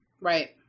Right